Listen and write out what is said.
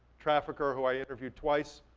trafficker who i interviewed twice.